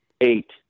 Eight